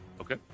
Okay